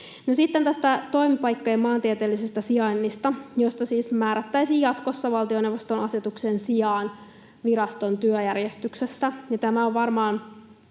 sitten tästä toimipaikkojen maantieteellisestä sijainnista, josta siis määrättäisiin jatkossa valtioneuvoston asetuksen sijaan viraston työjärjestyksessä.